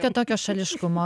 kad tokio šališkumo